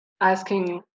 asking